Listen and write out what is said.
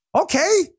Okay